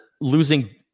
losing